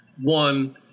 One